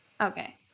Okay